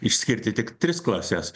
išskirti tik tris klases